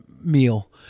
meal